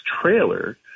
trailer